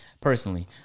Personally